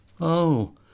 Oh